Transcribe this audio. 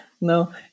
No